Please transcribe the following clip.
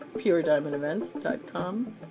PureDiamondEvents.com